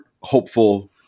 hopeful